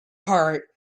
heart